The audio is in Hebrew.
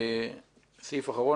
סעיף אחרון,